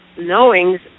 knowings